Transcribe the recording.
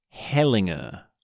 Hellinger